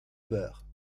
beurre